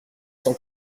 sans